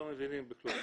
לא מבינים כלום.